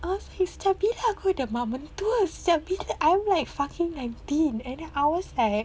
!huh! sejak bila aku ada mak mentua sejak bila I'm like fucking nineteen and I was like